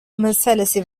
meselesi